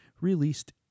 released